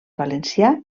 valencià